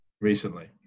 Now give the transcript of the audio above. Recently